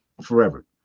forever